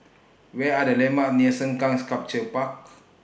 Where Are The landmarks near Sengkang Sculpture Park